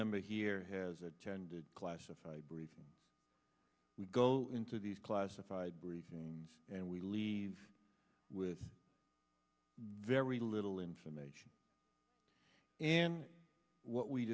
member here has attended classified briefings we go into these classified briefings and we leave with very little information and what we